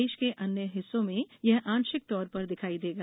देश के अन्य हिस्सों में यह आंशिक तौर पर दिखाई देगा